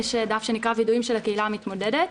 יש דף שנקרא "וידויים של הקהילה המתמודדת"